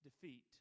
defeat